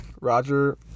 Roger